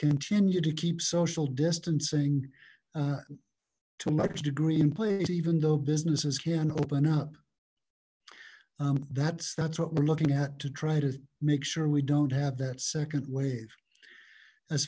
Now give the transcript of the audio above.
continue to keep social distancing too much degree in place even though businesses can open up that's that's what we're looking at to try to make sure we don't have that second wave as